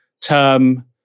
term